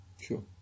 Sure